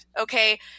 okay